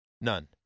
None